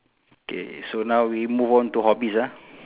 K so now we move on to hobbies ah